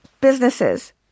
businesses